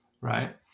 Right